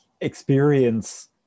experience